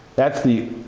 that's the